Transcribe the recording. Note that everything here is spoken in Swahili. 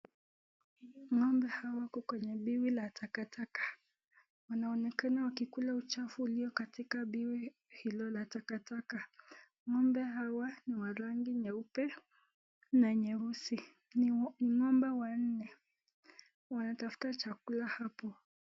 Ng'ombe hawa wako kwenye biwi la takataka, wanaonekana wakikula uchafu ulio katika biwi hilo la takataka. Ng'ombe hawa ni wa rangi nyeupe na nyeusi, ni ng'ombe wanne wanatafuta chakula hapo.